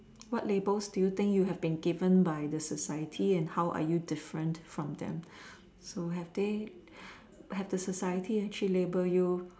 what labels do you think you have been given by the society and how are you different from them so have they have the society actually label you